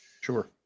Sure